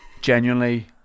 Genuinely